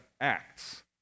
acts